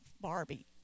Barbie